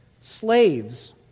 Slaves